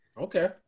Okay